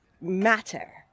matter